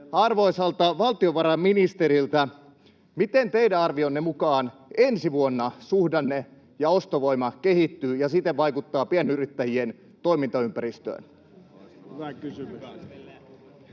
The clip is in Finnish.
arvoisalta valtiovarainministeriltä: miten teidän arvionne mukaan ensi vuonna suhdanne ja ostovoima kehittyvät ja siten vaikuttavat pienyrittäjien toimintaympäristöön? [Speech